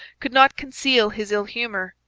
could not conceal his ill-humour,